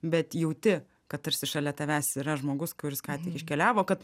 bet jauti kad tarsi šalia tavęs yra žmogus kuris ką tik iškeliavo kad